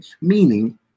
Meaning